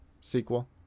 sequel